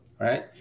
right